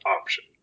option